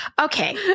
Okay